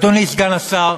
אדוני סגן השר,